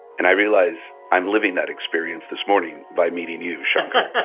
and i realize i'm living that experience this morning by meeting you, shankar